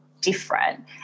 different